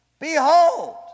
Behold